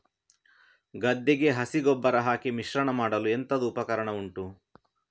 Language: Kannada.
ಗದ್ದೆಗೆ ಹಸಿ ಗೊಬ್ಬರ ಹಾಕಿ ಮಿಶ್ರಣ ಮಾಡಲು ಎಂತದು ಉಪಕರಣ ಉಂಟು?